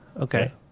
Okay